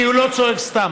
כי הוא לא צועק סתם,